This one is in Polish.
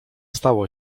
stało